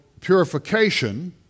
purification